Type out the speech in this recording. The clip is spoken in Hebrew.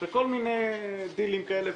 מי בעד?